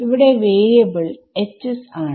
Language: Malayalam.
ഇവിടെ വാരിയബിൾ ആണ്